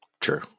True